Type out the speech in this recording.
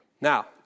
Now